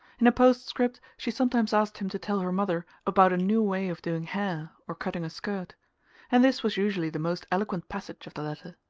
in a postscript she sometimes asked him to tell her mother about a new way of doing hair or cutting a skirt and this was usually the most eloquent passage of the letter.